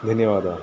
धन्यवादाः